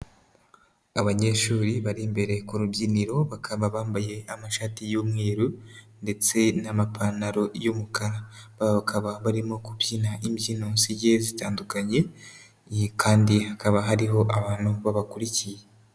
Abanyeshuri bari imbere ku rubyiniro, bakaba bambaye amashati y'umweru ndetse n'amapantaro y'umukara, bakaba barimo kubyina imbyino zigiye zitandukanye kandi hakaba hariho abantu babakurikiye.